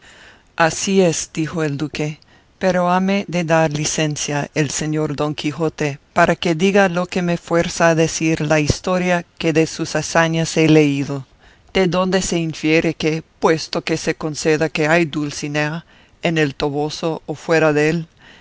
así es dijo el duque pero hame de dar licencia el señor don quijote para que diga lo que me fuerza a decir la historia que de sus hazañas he leído de donde se infiere que puesto que se conceda que hay dulcinea en el toboso o fuera dél